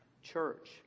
Church